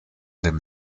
dem